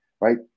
right